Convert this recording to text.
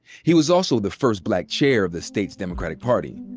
he was also the first black chair of the state's democratic party.